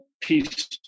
Peace